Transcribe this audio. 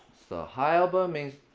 so high elbow means.